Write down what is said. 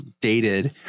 dated